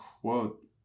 quote